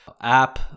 app